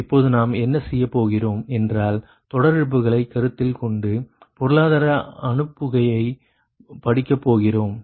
இப்பொழுது நாம் என்ன செய்யப் போகிறோம் என்றால் தொடர் இழப்புகளை கருத்தில் கொண்டு பொருளாதார அனுப்புகையை படிக்கப்போகிறோம்